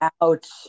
Ouch